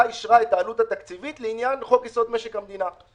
אישרה את העלות התקציבית לעניין חוק-יסוד: משק המדינה?